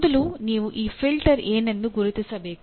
ಮೊದಲು ನೀವು ಆ ಫಿಲ್ಟರ್ ಏನೆಂದು ಗುರುತಿಸಬೇಕು